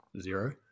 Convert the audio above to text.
zero